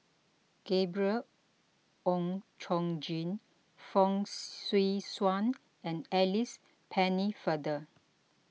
Gabriel Oon Chong Jin Fong Swee Suan and Alice Pennefather